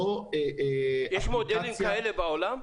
יש מודלים כאלה בעולם?